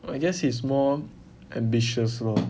I guess he's more ambitious lor